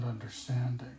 understanding